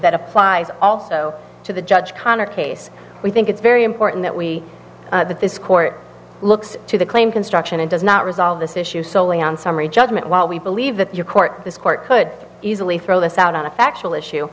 that applies also to the judge connor case we think it's very important that we that this court looks to the claim construction and does not resolve this issue solely on summary judgment while we believe that your court this court could easily throw this out on a factual issue